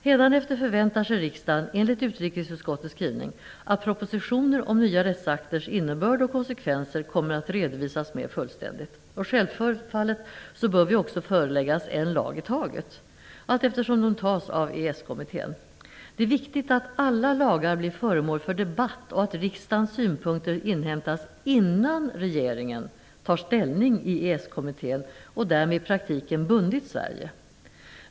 Hädanefter förväntar sig riksdagen, enligt utrikesutskottets skrivning, att propositioner om nya rättsakters innebörd och konsekvenser kommer att redovisas mer fullständigt. Självfallet bör vi också föreläggas en lag i taget, allteftersom de antas av EES-kommittén. Det är viktigt att alla lagar blir föremål för debatt och att riksdagens synpunkter inhämtas innan regeringen tar ställning i EES-kommittén och därmed i praktiken har bundit Sverige.